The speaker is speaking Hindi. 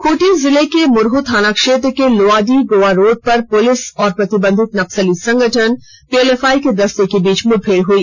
खूंटी जिले के मुरहू थाना क्षेत्र के लोवाडीह गोवा रोड पर पुलिस और प्रतिबंधित नक्सली संगठन पीएलएफआई के दस्ते के बीच मुठभेड़ हुई